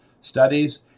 studies